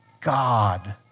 God